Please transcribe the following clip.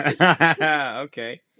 Okay